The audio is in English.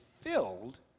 filled